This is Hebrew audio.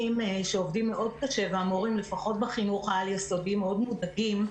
שעובדים מאוד קשה והמורים לפחות בחינוך העל-יסודי מאוד מודאגים.